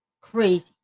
Crazy